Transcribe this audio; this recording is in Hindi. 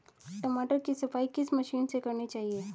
टमाटर की सफाई किस मशीन से करनी चाहिए?